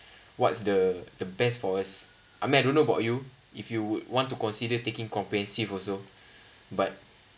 what's the the best for us I mean I don't know about you if you would want to consider taking comprehensive also but